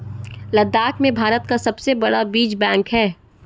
लद्दाख में भारत का सबसे बड़ा बीज बैंक है